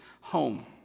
home